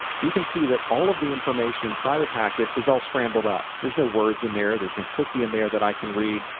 you can see that all of the information inside the packet is all scrambled up. there's no words in there, there's no cookie in there that i can read.